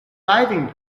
diving